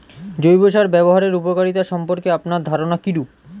জৈব সার ব্যাবহারের উপকারিতা সম্পর্কে আপনার ধারনা কীরূপ?